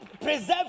preserve